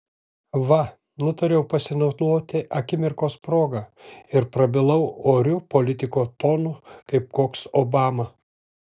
va nutariau pasinaudoti akimirkos proga ir prabilau oriu politiko tonu kaip koks obama